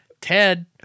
Ted